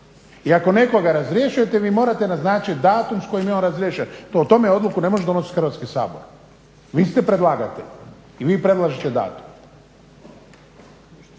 I ako nekoga razrješujete vi morate naznačiti datum s kojim je on razriješen. O tome odluku ne može donositi Hrvatski sabor. Vi ste predlagatelj i vi predlažete datum.